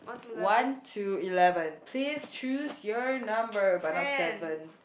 one to eleven please choose your number but not seven